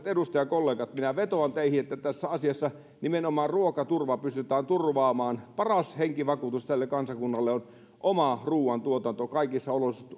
edustajakollegat minä vetoan teihin että tässä asiassa nimenomaan ruokaturva pystytään turvaamaan paras henkivakuutus tälle kansakunnalle on oma ruoantuotanto kaikissa